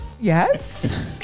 Yes